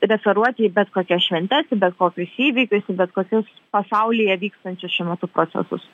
referuoti į bet kokias šventes į bet kokius įvykius į bet kokius pasaulyje vykstančius šiuo metu procesus